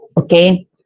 Okay